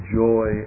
joy